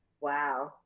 Wow